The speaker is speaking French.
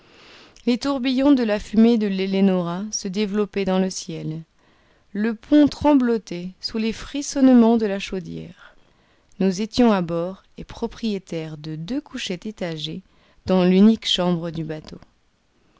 les tourbillons de la fumée de l'ellenora se développaient dans le ciel le pont tremblotait sous les frissonnements de la chaudière nous étions à bord et propriétaires de deux couchettes étagées dans l'unique chambre du bateau